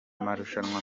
marushanwa